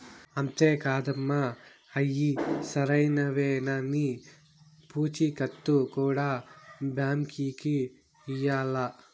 అంతే కాదమ్మ, అయ్యి సరైనవేనన్న పూచీకత్తు కూడా బాంకీకి ఇయ్యాల్ల